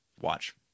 Watch